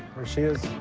where she is